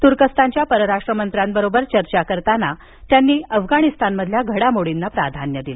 तुर्कस्तानच्या परराष्ट्र मंत्र्यांबरोबर चर्चा करताना त्यांनी अफगाणिस्तानमधल्या घडामोडींना प्राधान्य दिलं